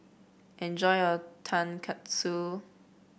enjoy your Tonkatsu